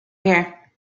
here